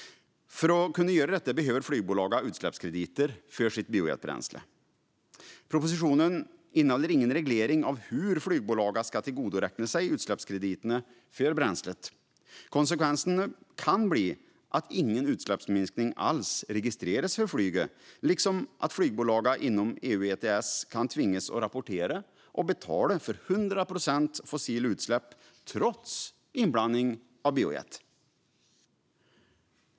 För att kunna göra detta behöver flygbolagen utsläppskrediter för sitt biojetbränsle. Propositionen innehåller ingen reglering av hur flygbolagen ska tillgodoräkna sig utsläppskrediterna för bränslet. Konsekvensen kan bli att ingen utsläppsminskning alls registreras för flyget, liksom att flygbolagen inom EU ETS kan tvingas att rapportera och betala för 100 procent fossila utsläpp trots inblandning av biojet.